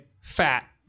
fat